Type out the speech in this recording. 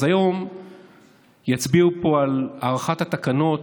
אז היום יצביעו פה על הארכת התקנות,